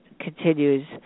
continues